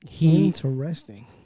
Interesting